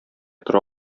тора